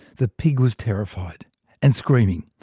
the pig was terrified and screaming.